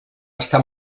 està